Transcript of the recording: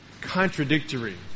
contradictory